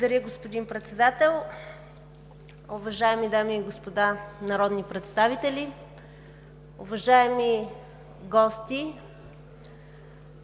Благодаря, господин Председател. Уважаеми дами и господа народни представители, уважаеми гости!